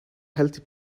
healthy